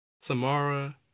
Samara